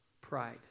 Pride